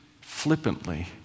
flippantly